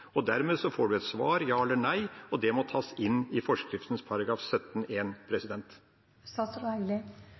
kort. Dermed får en et svar, ja eller nei, og det må tas inn i forskriften § 17